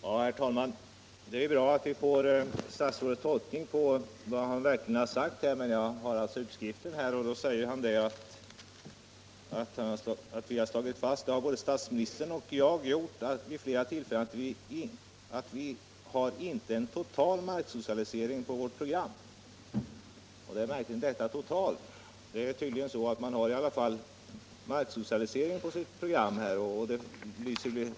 Herr talman! Det är bra att vi får statsrådets tolkning av vad han verkligen har sagt. Jag har utskriften, och av den framgår att han har sagt: ”Både statsministern och jag har slagit fast vid flera tillfällen att vi inte har en total marksocialisering på vårt program.” Lägg märke till ordet ”total”. Man har tydligen ändå marksocialisering på sitt program.